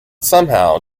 somehow